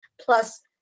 Plus